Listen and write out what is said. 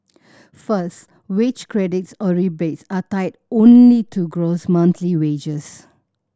first wage credits or rebates are tied only to gross monthly wages